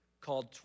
called